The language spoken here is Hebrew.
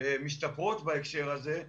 משתפרות בהקשר הזה,